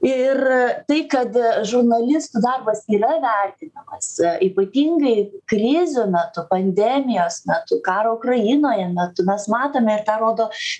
ir tai kad žurnalistų darbas yra vertinamas ypatingai krizių metu pandemijos metu karo ukrainoje metu mes matome ir tą rodo